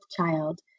child